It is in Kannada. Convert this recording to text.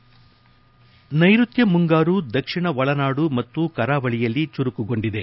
ಹವಾಮಾನ ನೈರುತ್ಯ ಮುಂಗಾರು ದಕ್ಷಿಣ ಒಳನಾಡು ಮತ್ತು ಕರಾವಳಿಯಲ್ಲಿ ಚುರುಕುಗೊಂಡಿದೆ